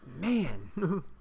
Man